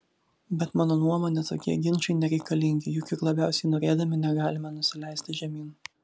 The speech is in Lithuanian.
bet mano nuomone tokie ginčai nereikalingi juk ir labiausiai norėdami negalime nusileisti žemyn